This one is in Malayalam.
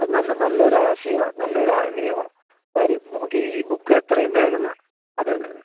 അതു നല്ല നല്ല ഒരാശയമാണ് നല്ല ഒരു ആഗ്രഹമാണ് കാര്യം നമുക്കെ ഈ ബുക്ക് എത്രയും വേഗമെന്ന് അതേ അതേ